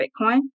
Bitcoin